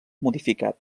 modificat